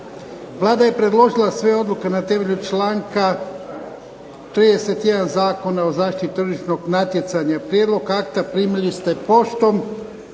Vlada je predložila sve odluke na temelju članka 31. Zakona o zaštiti tržišnog natjecanja. Prijedlog akta primili ste poštom.